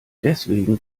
deswegen